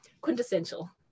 quintessential